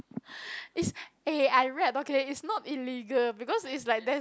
is eh I read okay is not illegal because it's like there's